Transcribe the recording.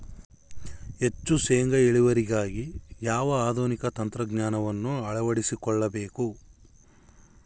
ಹೆಚ್ಚು ಶೇಂಗಾ ಇಳುವರಿಗಾಗಿ ಯಾವ ಆಧುನಿಕ ತಂತ್ರಜ್ಞಾನವನ್ನು ಅಳವಡಿಸಿಕೊಳ್ಳಬೇಕು?